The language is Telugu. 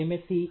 Sc